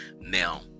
Now